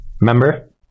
remember